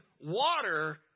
water